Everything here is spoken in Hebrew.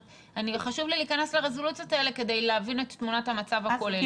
חשוב לי להיכנס לרזולוציות האל כדי להבין את תמונת המצב הכוללת.